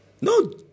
No